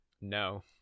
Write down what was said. no